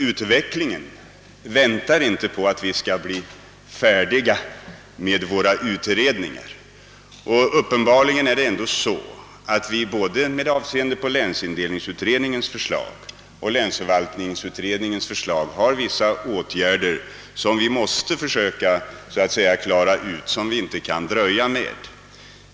Utvecklingen väntar ju inte på att vi blir färdiga med våra utredningar, och uppenbarligen är det ändå så, att det med avseende på både länsindelningsutredningens och länsförvaltnings :utredningens förslag finns vissa åtgär «der med vilkas genomförande vi inte kan dröja.